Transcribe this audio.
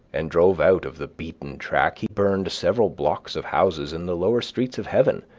and drove out of the beaten track, he burned several blocks of houses in the lower streets of heaven,